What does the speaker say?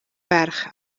ferch